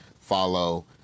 follow